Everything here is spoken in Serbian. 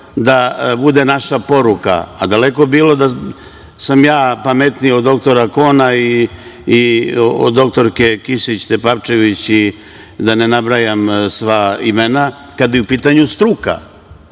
da bude naša poruka, a daleko bilo da sam ja pametniji od doktora Kona i od doktorke Kisić Tepavčević i da ne nabrajam sva imena, kada je u pitanju struka. Nešto